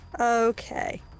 Okay